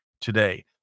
today